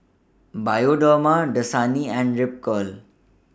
Bioderma Dasani and Ripcurl